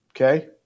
Okay